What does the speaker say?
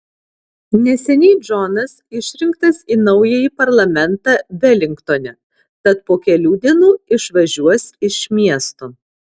neseniai džonas išrinktas į naująjį parlamentą velingtone tad po kelių dienų išvažiuos iš miesto